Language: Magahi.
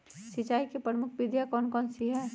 सिंचाई की प्रमुख विधियां कौन कौन सी है?